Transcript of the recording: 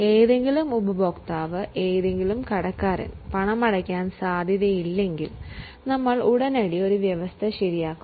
ഏതെങ്കിലും ഉപഭോക്താവ് ഏതെങ്കിലും കടക്കാരൻ പണമടയ്ക്കാൻ സാധ്യതയില്ലെങ്കിൽ നമ്മൾ ഉടനടി ഒരു പ്രൊവിഷൻ ശരിയാക്കും